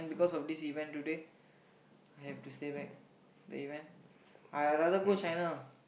S